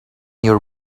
your